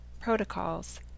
protocols